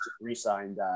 re-signed